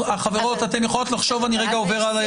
חברות, אתן יכולות לחשוב, אני רגע עובר הלאה.